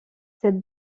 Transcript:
cette